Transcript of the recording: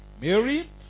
Mary